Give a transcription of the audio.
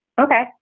Okay